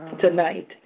tonight